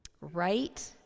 Right